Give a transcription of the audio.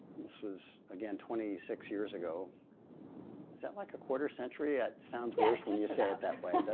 this was again, twenty six years ago is that like a quarter century? it sounds worst when you say it that way,